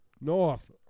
North